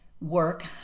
work